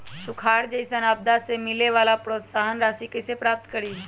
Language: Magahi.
सुखार जैसन आपदा से मिले वाला प्रोत्साहन राशि कईसे प्राप्त करी?